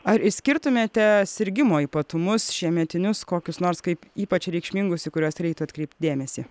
ar išskirtumėte sirgimo ypatumus šiemetinius kokius nors kaip ypač reikšmingus į kuriuos reiktų atkreipt dėmesį